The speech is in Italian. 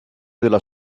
della